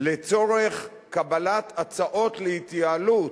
לצורך קבלת הצעות להתייעלות,